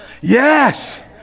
Yes